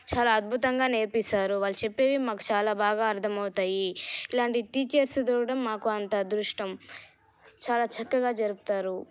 చాలా అద్భుతంగా నేర్పిస్తారు వాళ్ళు చెప్పేవి మాకు చాలా బాగా అర్ధమవుతాయి ఇలాంటి టీచర్స్ దొరకడం మాకు అంత అదృష్టం చాలా చక్కగా జరుపుతారు